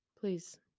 Please